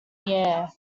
air